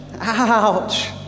ouch